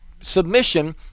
submission